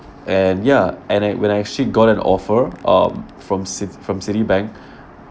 and ya and then when I actually got an offer um from cit~ from Citibank